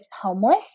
homeless